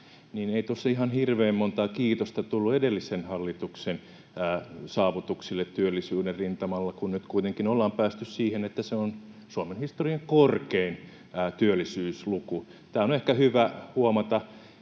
ei tuossa ihan hirveän montaa kiitosta tullut edellisen hallituksen saavutuksille työllisyyden rintamalla, kun nyt kuitenkin ollaan päästy siihen, että se on Suomen historian korkein työllisyysluku. Tämä on ehkä hyvä huomata.